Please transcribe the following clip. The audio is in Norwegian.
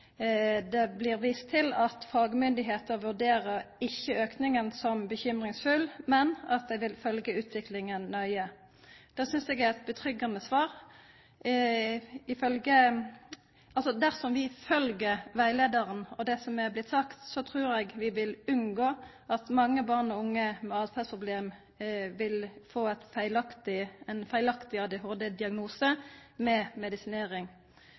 det blir vist til at fagmyndigheitene ikkje vurderer auken som bekymringsfull, men at dei vil følgja utviklinga nøye. Det synest eg er eit tillitvekkjande svar. Dersom vi følgjer rettleiaren og det som er blitt sagt, trur eg vi vil unngå at mange barn og unge med åtferdsproblem får ein feilaktig ADHD-diagnose med medisinering.